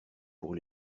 pour